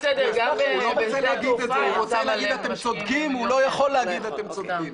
--- הוא רוצה להגיד 'אתם צודקים' והוא לא יכול להגיד 'אתם צודקים'.